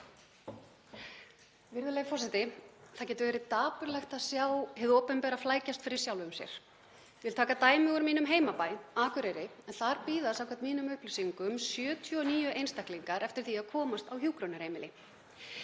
Virðulegur forseti. Það getur verið dapurlegt að sjá hið opinbera flækjast fyrir sjálfu sér. Ég vil taka dæmi úr mínum heimabæ, Akureyri, en þar bíða, samkvæmt mínum upplýsingum, 79 einstaklingar eftir því að komast á hjúkrunarheimili.